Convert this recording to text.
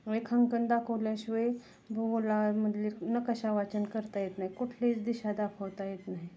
रेखांकन दाखल्याशिवाय भूगोलामधले नकाशा वाचन करता येत नाही कुठलीच दिशा दाखवता येत नाही